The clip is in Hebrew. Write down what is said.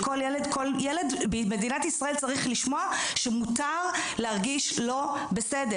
כל ילד במדינת ישראל צריך לשמוע שמותר להרגיש לא בסדר,